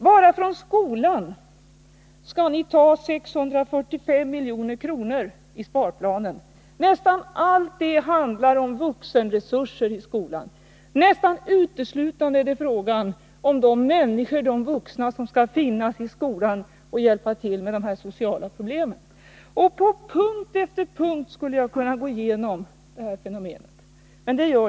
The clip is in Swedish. Bara från skolan skall ni ta 645 milj.kr. enligt sparplanen. Nästan allt går ut över vuxenresurser i skolan. Det är nästan uteslutande fråga om de vuxna som skall finnas i skolan och hjälpa till med de sociala Allmänpolitisk | problemen. På punkt efter punkt skulle jag kunna gå igenom sparplanen och — debatt visa hur era åtgärder står.